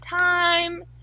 time